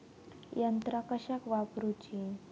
यंत्रा कशाक वापुरूची?